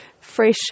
fresh